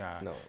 No